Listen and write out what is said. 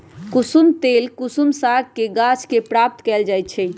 कुशुम तेल कुसुम सागके गाछ के प्राप्त कएल जाइ छइ